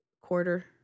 Quarter